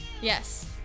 Yes